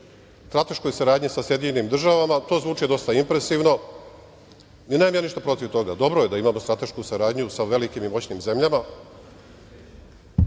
strateškoj saradnji sa Sjedinjenim državama. To zvuči dosta impresivno i nemam ja ništa protiv toga. Dobro je da imamo stratešku saradnju sa velikim i moćnim zemljama. Taj